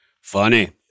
funny